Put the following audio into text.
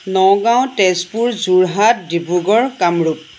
Nagaon Tezpur Jorhat Dibrugarh Kamrup